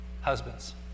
Husbands